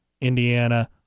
Indiana